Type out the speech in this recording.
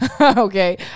Okay